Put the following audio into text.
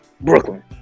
Brooklyn